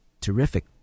terrific